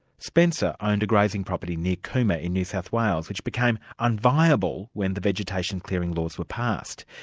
spencer owned a grazing property near cooma in new south wales which became unviable when the vegetation clearing laws were passed.